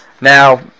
Now